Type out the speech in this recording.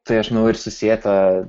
tai aš manau ir susieta